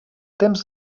temps